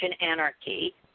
anarchy